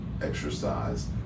exercise